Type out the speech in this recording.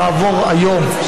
תעבור היום,